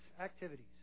activities